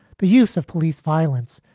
the use of police violence,